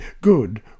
good